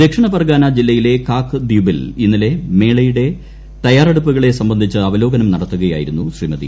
ദക്ഷിണ പർഗാന ജില്ലയിലെ കാക് ദ്വീപിൽ ഇന്ന്ലെ മേളകളുടെ തയ്യാറെടുപ്പുകളെ സംബന്ധിച്ച് അവലോക്ന്റ് ന്ടത്തുകയായിരുന്നു ശ്രീമതി